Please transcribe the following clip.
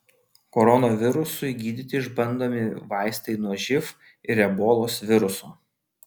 koronavirusui gydyti išbandomi vaistai nuo živ ir ebolos viruso